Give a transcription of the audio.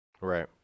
Right